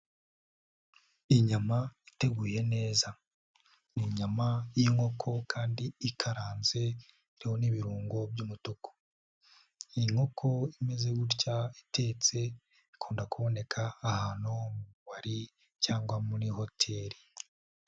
Inyama iteguye neza ni inyama y'inkoko kandi ikaranze iteyeho n'ibirungo by'umutuku, inkoko imeze gutya itetse ikunda kuboneka ahantu mu tubari cyangwa muri hoteli.